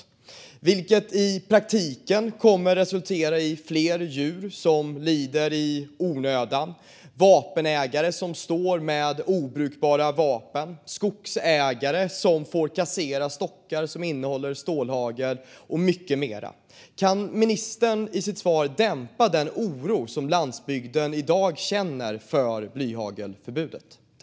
Det kommer i praktiken att resultera i fler djur som lider i onödan, vapenägare som står med obrukbara vapen, skogsägare som får kassera stockar som innehåller stålhagel och så vidare. Kan ministern i sitt svar dämpa den oro som landsbygden i dag känner inför blyhagelförbudet?